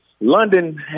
London